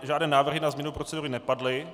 Žádné návrhy na změnu procedury nepadly.